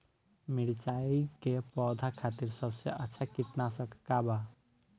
मिरचाई के पौधा खातिर सबसे अच्छा कीटनाशक का बा?